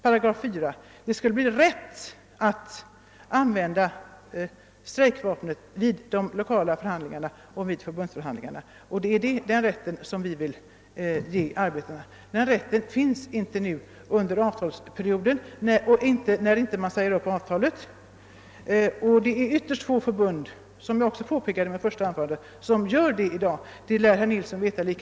Vad vi vill ge arbetarna är rätt att använda strejkvapnet vid lokala förhandlingar och förbundsförhandlingar. Den rätter finns inte nu under avtalsperioden och inte heller när man inte har sagt upp avtalet.